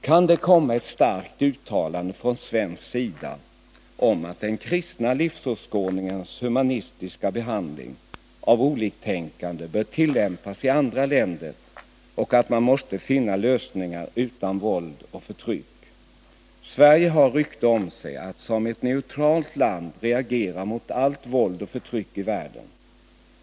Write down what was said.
Kan det komma ett starkt uttalande från svensk sida om att den kristna livsåskådningens humanistiska behandling av oliktänkande bör tillämpas i andra länder och att man måste finna lösningar utan våld och förtryck? Sverige har rykte om sig att som ett neutralt land reagera mot allt våld och förtryck i världen.